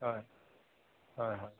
হয় হয় হয়